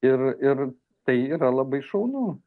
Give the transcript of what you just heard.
ir ir tai yra labai šaunu